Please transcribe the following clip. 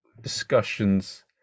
discussions